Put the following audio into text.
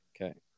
Okay